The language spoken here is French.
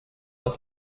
dans